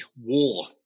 war